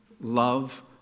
love